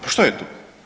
Pa što je to?